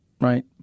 right